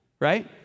right